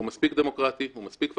הוא מספיק דמוקרטי, הוא מספיק פשיסטי,